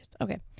okay